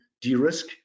de-risk